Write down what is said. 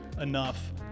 enough